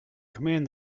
command